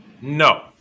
No